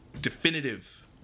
definitive